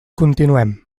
continuem